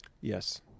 Yes